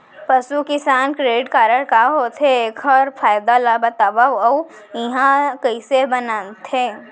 पसु किसान credit card का होथे, एखर फायदा ला बतावव अऊ एहा कइसे बनथे?